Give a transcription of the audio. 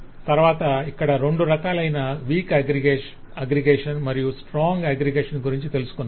తర్వాత ఇక్కడ రెండు రకాలైన వీక్ అగ్రిగేషన్ మరియు స్ట్రాంగ్ అగ్రిగేషన్ గురించి తెలుసుకొన్నాం